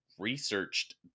researched